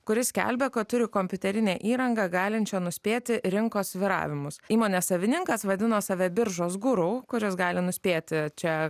kuri skelbė kad turi kompiuterinę įrangą galinčią nuspėti rinkos svyravimus įmonės savininkas vadino save biržos guru kuris gali nuspėti čia